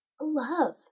Love